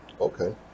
okay